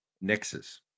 Nexus